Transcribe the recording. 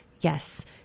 Yes